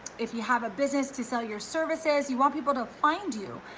if you have a business to sell your services, you want people to find you.